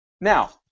Now